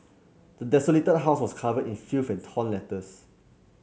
the desolated house was covered in filth and torn letters